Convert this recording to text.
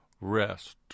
rest